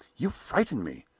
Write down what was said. you frighten me!